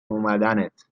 اومدنت